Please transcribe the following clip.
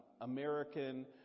American